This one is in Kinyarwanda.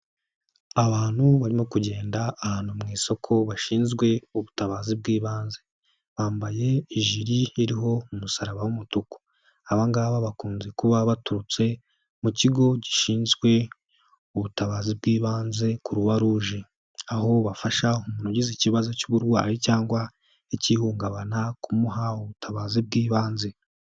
Abantu barimo kugenda ahantu mu isoko bashinzwe ubutabazi bw'ibanze. Bambaye ijiri iriho umusaraba w'umutuku. Abangaba bakunze kuba baturutse, mu kigo gishinzwe ubutabazi bw'ibanze Kuruwaruje. Aho bafasha umuntu ugize ikibazo cy'uburwayi cyangwa, ikihungabana kumuha ubutabazi bw'ibanze.